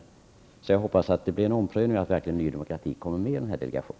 Jag hoppas som sagt att det blir en omprövning och att Ny Demokrati verkligen kommer med i delegationen.